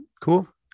cool